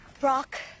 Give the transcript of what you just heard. Brock